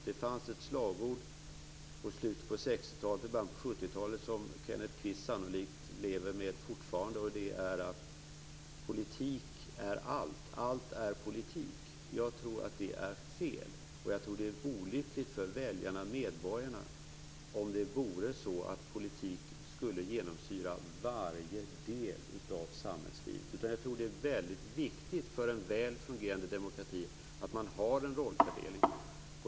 Det fanns ett slagord i slutet av 60-talet och början av 70-talet, som Kenneth Kvist sannolikt lever med fortfarande: Politik är allt - allt är politik. Jag tror att det är fel. Det är olyckligt för väljarna, medborgarna, om politik skulle genomsyra varje del av samhällslivet. Det är viktigt för en väl fungerande demokrati att ha en rollfördelning.